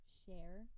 share